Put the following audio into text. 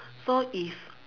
so if